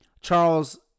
Charles